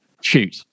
shoot